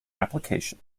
application